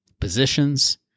positions